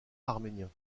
arménien